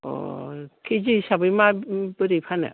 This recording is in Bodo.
अ खेजि हिसाबै माबोरै फानो